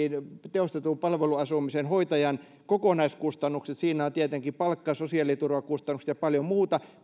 tehostetun palveluasumisen hoitajan kokonaiskustannukset ja siinä on tietenkin palkka sosiaaliturvakustannukset ja paljon muuta